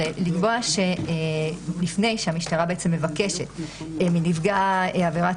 זה לקבוע שלפני שהמשטרה מבקשת מנפגע עבירת